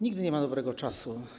Nigdy nie ma dobrego czasu.